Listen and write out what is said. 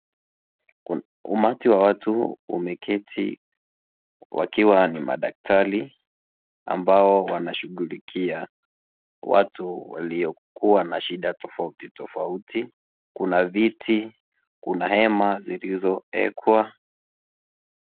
Umati wa watu wameketi wakiwa na madaktari ambao wanashughulikia watu waliokua na shida tofauti tofauti, kuna viti, kunahema zilizoekwa.